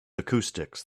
acoustics